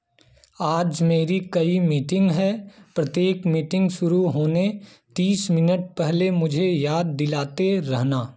आज मेरी कई मीटिंग हैं प्रत्येक मीटिंग शुरू होने तीस मिनट पहले मुझे याद दिलाते रहना